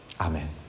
Amen